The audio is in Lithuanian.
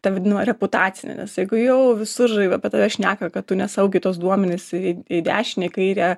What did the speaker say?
ta vadinama reputacinė nes jeigu jau visur apie tave šneka kad tu nesaugiai tuos duomenis į dešinę į kairę